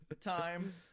Time